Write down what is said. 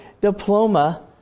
diploma